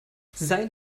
sein